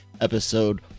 episode